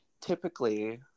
typically